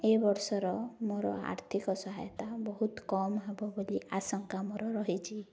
ଏ ବର୍ଷର ମୋର ଆର୍ଥିକ ସହାୟତା ବହୁତ କମ୍ ହବ ବୋଲି ଆଶଙ୍କା ମୋର ରହିଛି